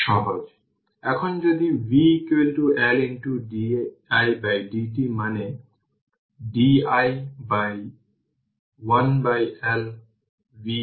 সুতরাং সংজ্ঞা v1 t এবং v২ t এর জন্য এক্সপ্রেশন গণনা করতে পারে